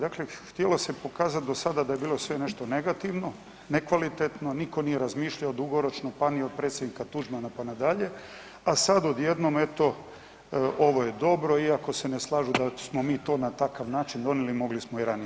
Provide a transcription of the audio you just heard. Dakle htjelo se pokazati do sada da je bilo sve nešto negativno, nekvalitetno, nitko nije razmišljao dugoročno, pa ni od predsjednika Tuđmana pa na dalje, a sad odjednom, eto, ovo je dobro, iako se ne slažu da smo mi to na takav način donijeli, mogli smo i ranije.